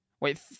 Wait